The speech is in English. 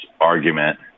argument